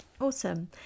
awesome